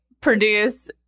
produce